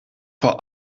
vor